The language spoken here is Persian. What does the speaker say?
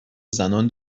زنان